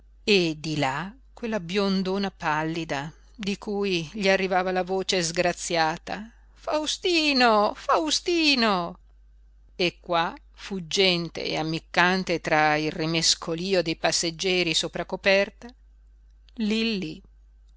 e di là quella biondona pallida di cui gli arrivava la voce sgraziata faustino faustino e qua fuggente e ammiccante tra il rimescolío dei passeggeri sopra coperta lillí lillí